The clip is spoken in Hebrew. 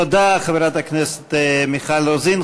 תודה, חברת הכנסת מיכל רוזין.